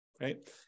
Right